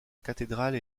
cathédrale